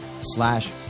slash